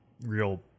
real